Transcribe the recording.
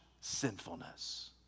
sinfulness